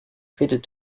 faded